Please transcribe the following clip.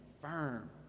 firm